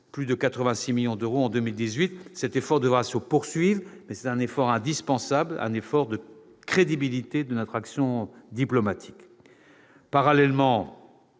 plus de 86 millions d'euros en 2018. Cet effort devra se poursuivre ; il est indispensable à la crédibilité de notre action diplomatique. Parallèlement,